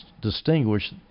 distinguish